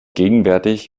gegenwärtig